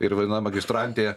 ir vaina magistrantė